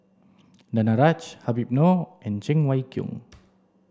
Danaraj Habib Noh and Cheng Wai Keung